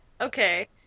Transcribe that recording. Okay